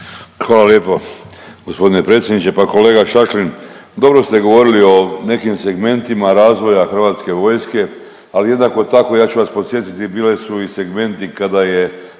Hvala lijepo gospodine predsjedniče. Pa kolega Šašlin dobro ste govorili o nekim segmentima razvoja Hrvatske vojske, ali jednako tako ja ću vas podsjetiti bili su i segmenti kada je